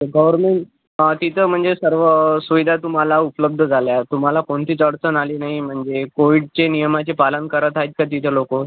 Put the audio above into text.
तर गवरमेन हां तिथं म्हणजे सर्व सुविधा तुम्हाला उपलब्ध झाल्या तुम्हाला कोणतीच अडचण आली नाही म्हणजे कोविडचे नियमाचे पालन करत आहेत का तिथे लोक